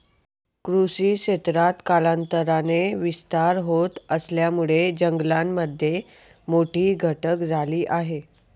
कृषी क्षेत्रात कालांतराने विस्तार होत असल्यामुळे जंगलामध्ये मोठी घट झाली आहे